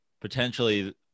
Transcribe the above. potentially